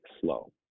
slow